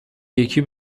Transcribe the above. یکی